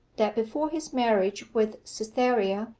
that before his marriage with cytherea,